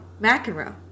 McEnroe